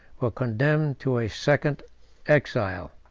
were condemned to a second exile.